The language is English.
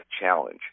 Challenge